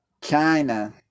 china